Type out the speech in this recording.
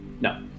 No